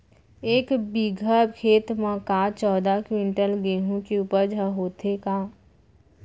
एक बीघा खेत म का चौदह क्विंटल गेहूँ के उपज ह होथे का?